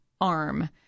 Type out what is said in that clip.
arm